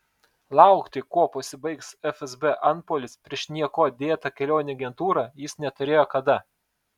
laukti kuo pasibaigs fsb antpuolis prieš niekuo dėtą kelionių agentūrą jis neturėjo kada